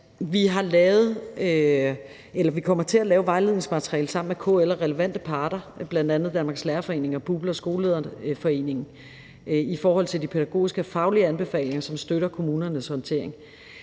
vi kommer til at lave vejledningsmateriale sammen med KL og relevante parter, bl.a. Danmarks Lærerforening og BUPL og Skolelederforeningen, i forhold til de pædagogiske og faglige anbefalinger, som støtter kommunernes håndtering.